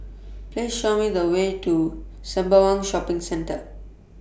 Please Show Me The Way to Sembawang Shopping Centre